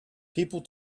people